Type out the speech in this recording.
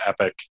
epic